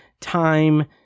time